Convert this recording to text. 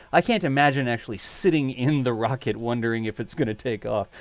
i can't imagine actually sitting in the rocket wondering if it's going to take off.